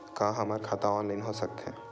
का हमर खाता ऑनलाइन हो सकथे?